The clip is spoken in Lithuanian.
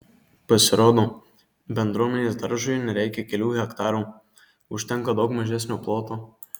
pasirodo bendruomenės daržui nereikia kelių hektarų užtenka daug mažesnio ploto